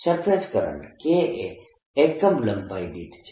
surface current K એ એકમ લંબાઈ દીઠ છે